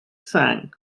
sang